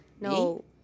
No